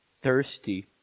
thirsty